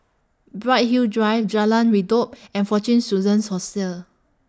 Bright Hill Drive Jalan Redop and Fortune Students Hostel